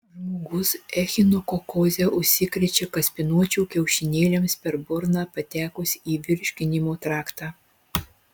žmogus echinokokoze užsikrečia kaspinuočių kiaušinėliams per burną patekus į virškinimo traktą